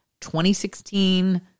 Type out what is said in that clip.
2016